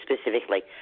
specifically